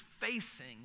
facing